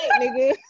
nigga